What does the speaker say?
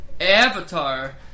Avatar